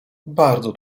bardzo